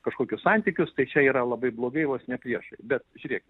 kažkokius santykius tai čia yra labai blogai vos ne priešai bet žiūrėk